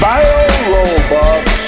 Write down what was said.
Bio-Robots